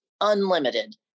unlimited